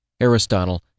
Aristotle